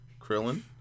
Krillin